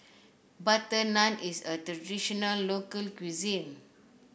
butter naan is a traditional local cuisine